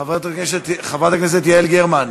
חברת הכנסת יעל גרמן.